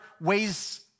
ways